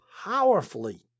powerfully